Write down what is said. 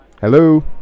Hello